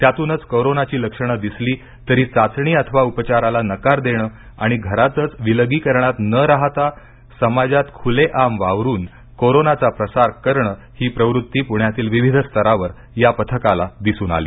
त्यातूनच कोरोनाची लक्षण दिसली तरी चाचणी अथवा उपचाराला नकार देणं आणि घरातच विलगीकरणात न राहता समाजात खुलेआम वावरुन कोरोनाचा प्रसार करणं ही प्रवृत्ती पृण्यातील विविध स्तरावर या पथकाला दिसून आली